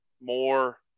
more